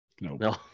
No